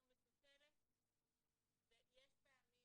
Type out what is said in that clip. זו מטוטלת ויש פעמים